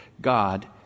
God